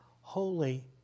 holy